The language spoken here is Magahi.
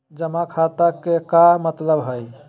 जमा खाता के का मतलब हई?